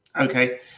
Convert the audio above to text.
okay